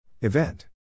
Event